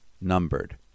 numbered